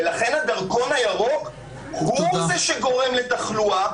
ולכן התו הירוק הוא זה שגורם לתחלואה,